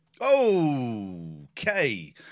Okay